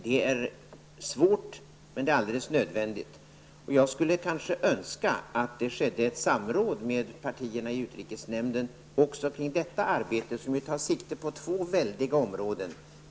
Det är svårt, men alldeles nödvändigt. Jag skulle önska att det skedde ett samråd med partierna i utrikesnämnden också kring detta arbete, som ju tar sikte på två väldiga områden.